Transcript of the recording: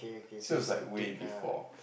so it's like way before